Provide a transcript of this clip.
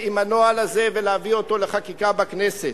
עם הנוהל הזה ולהביא אותו לחקיקה בכנסת.